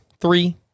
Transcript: Three